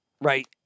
right